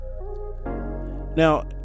Now